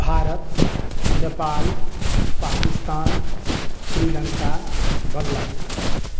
Bharat Nepal Pakistan Sri Lanka Bangladesh